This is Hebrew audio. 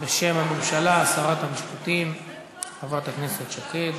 בשם הממשלה, שרת המשפטים חברת הכנסת שקד.